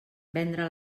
vendre